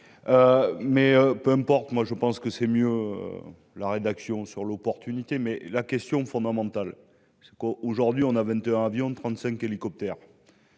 peu importe, moi je pense que c'est mieux. La rédaction sur l'opportunité mais la question fondamentale c'est qu'aujourd'hui on a 21 avions de 35 hélicoptères.